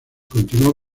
continuó